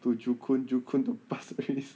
to joo koon joo koon to pasir ris